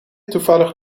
toevallig